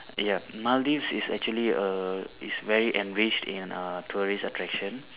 ya Maldives is actually a is very enriched in uh tourist attraction